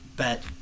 Bet